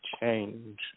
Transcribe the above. change